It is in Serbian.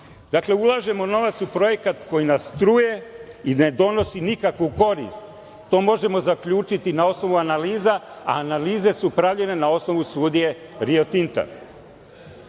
vode. Ulažemo novac u projekat koji nas truje i ne donosi nikakvu korist. To možemo zaključiti na osnovu analiza, a analize su pravljene na osnovu studije Rio Tinta.